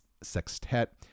Sextet